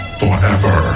forever